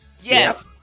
Yes